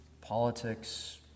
politics